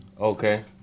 Okay